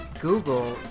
Google